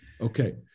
Okay